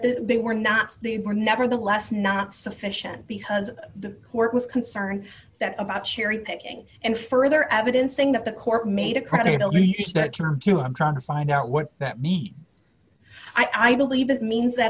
that they were not these were nevertheless not sufficient because the court was concerned that about cherry picking and further evidence saying that the court made a credit only use that term to i'm trying to find out what that meat is i believe that means that